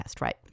right